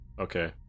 Okay